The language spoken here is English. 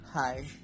Hi